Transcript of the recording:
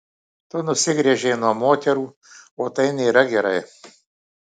tu nusigręžei nuo moterų o tai nėra gerai